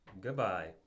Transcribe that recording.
Goodbye